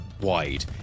wide